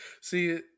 see